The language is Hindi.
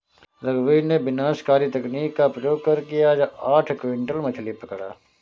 रघुवीर ने विनाशकारी तकनीक का प्रयोग करके आज आठ क्विंटल मछ्ली पकड़ा